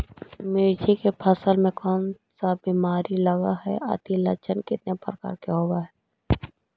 मीरचा के फसल मे कोन सा बीमारी लगहय, अती लक्षण कितने प्रकार के होब?